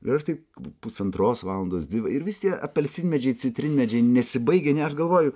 ir aš taip pusantros valandos ir vis tie apelsinmedžiai citrinmedžiai nesibaigia ne aš galvoju